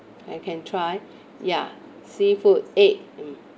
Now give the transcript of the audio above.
I can try ya seafood egg